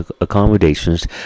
accommodations